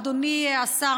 אדוני השר,